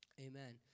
Amen